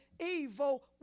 evil